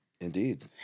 Indeed